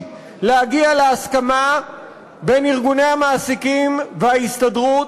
להגיע להסכמה בין ארגוני המעסיקים וההסתדרות,